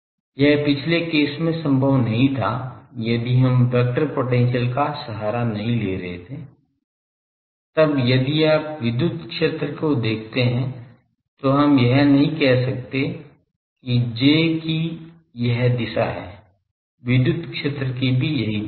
यह पिछले केस में संभव नहीं था यदि हम वेक्टर पोटेंशियल का सहारा नहीं ले रहे हैं तब यदि आप विद्युत क्षेत्र को देखते हैं तो हम यह नहीं कह सकते हैं कि J की यह दिशा है विद्युत क्षेत्र की भी यही दिशा है